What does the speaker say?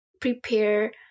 prepare